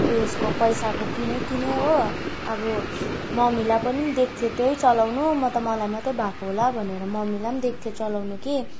उएसको पैसाको किनेँ किनेँ हो अब मम्मीलाई पनि दिएको थिएँ त्यही चलाउनु म त मलाई मात्रै भएको होला भनेर मम्मीलाई पनि दिएको थिएँ चलाउनु कि